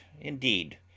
indeed